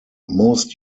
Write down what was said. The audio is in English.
most